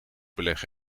beleg